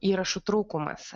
įrašų trūkumas